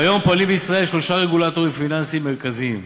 כיום פועלים בישראל שלושה רגולטורים פיננסיים מרכזיים,